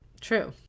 True